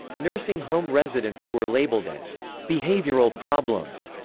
nursing home residents who were labeled as behavioral problems,